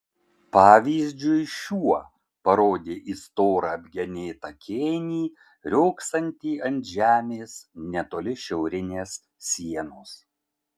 pavyzdžiui šiuo parodė į storą apgenėtą kėnį riogsantį ant žemės netoli šiaurinės sienos